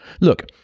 Look